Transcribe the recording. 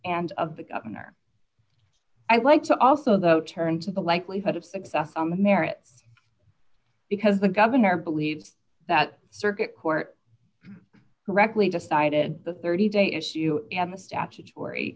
and of the governor i'd like to also though turn to the likelihood of success on the merits because the governor believes that circuit court correctly decided the thirty day issue and the statutory